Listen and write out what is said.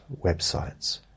websites